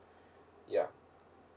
ya